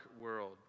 world